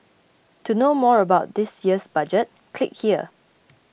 to know more about this year's budget click here